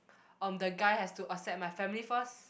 um the guy has to accept my family first